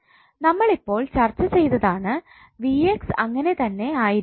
നമ്മൾ ഇപ്പോൾ ചർച്ച ചെയ്തതാണ് അങ്ങനെ തന്നെ ആയിരിക്കുമെന്ന്